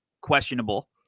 questionable